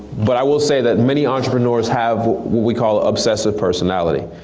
but i will say that many entrepreneurs have what we call obsessive personality.